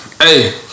Hey